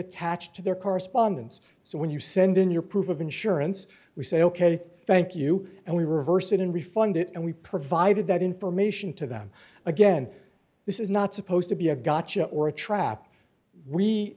attached to their correspondence so when you send in your proof of insurance we say ok thank you and we reverse it in refund it and we provided that information to them again this is not supposed to be a gotcha or a trap we